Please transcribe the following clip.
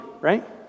right